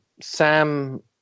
Sam